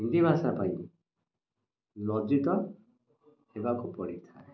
ହିନ୍ଦୀ ଭାଷା ପାଇଁ ଲଜ୍ଜିତ ହେବାକୁ ପଡ଼ିଥାଏ